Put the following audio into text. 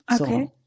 Okay